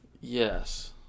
Yes